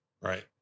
Right